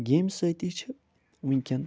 گیمہِ سۭتی چھِ وٕنۍکٮ۪ن